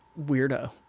weirdo